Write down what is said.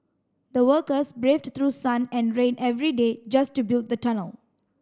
the workers braved through sun and rain every day just to build the tunnel